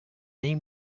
name